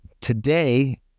today